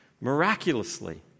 miraculously